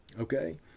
okay